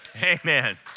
Amen